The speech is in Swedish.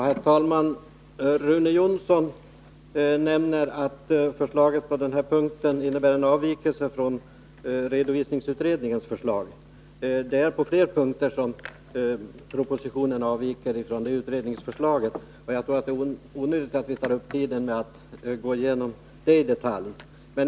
Herr talman! Rune Jonsson nämner att förslaget på den här punkten innebär en avvikelse från redovisningsutredningens förslag. Propositionen avviker från utredningsförslaget på flera punkter, och jag tycker det är onödigt att ta upp tiden med att gå igenom det i detalj.